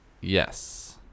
Yes